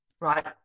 right